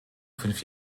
fünf